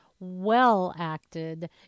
well-acted